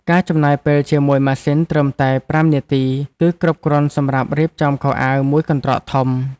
ការចំណាយពេលជាមួយម៉ាស៊ីនត្រឹមតែប្រាំនាទី គឺគ្រប់គ្រាន់សម្រាប់រៀបចំខោអាវមួយកន្ត្រកធំ។